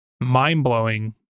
mind-blowing